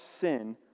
sin